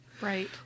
Right